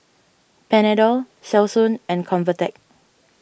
Panadol Selsun and Convatec